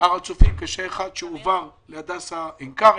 להר הצופים חולה קשה אחד שהועבר להדסה עין כרם.